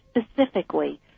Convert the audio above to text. specifically